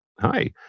Hi